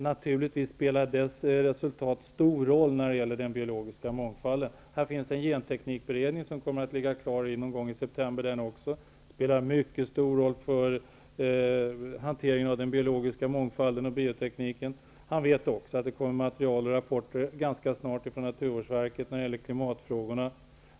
Resultatet av denna spelar naturligtvis stor roll när det gäller den biologiska mångfalden. Det finns en genteknikberedning som också kommer att vara färdig med sitt arbete någon gång i september. Det spelar mycket stor roll för hanteringen av den biologiska mångfalden och biotekniken. Berndt Ekholm vet också att det ganska snart kommer material och rapporter från naturvårdsverket om klimatfrågorna.